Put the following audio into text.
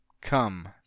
Come